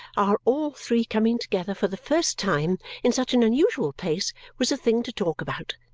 our all three coming together for the first time in such an unusual place was a thing to talk about,